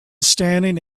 standing